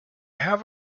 have